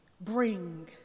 bring